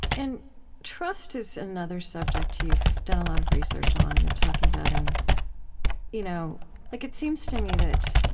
and trust is another subject you've done a lot of research on and been talking about. and you know like it seems to me that